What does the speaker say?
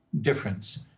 difference